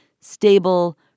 stable